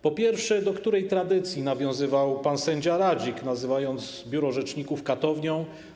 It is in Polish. Po pierwsze, do której tradycji nawiązywał pan sędzia Radzik, nazywając biuro rzecznika katownią?